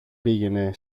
πήγαινε